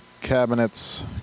cabinets